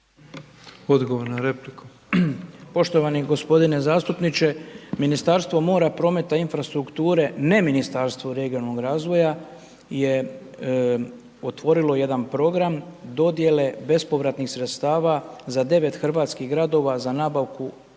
Oleg (HDZ)** Poštovani gospodine zastupniče, Ministarstvo mora, prometa i infrastrukture, ne Ministarstvo regionalnog razvoja, je otvorilo jedan program dodjele bespovratnih sredstava za 9 hrvatskih gradova za nabavku autobusa